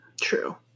True